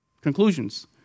conclusions